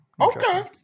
Okay